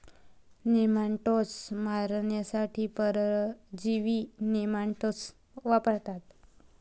nematodes मारण्यासाठी परजीवी नेमाटाइड्स वापरतात